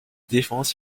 défenses